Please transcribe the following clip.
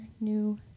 new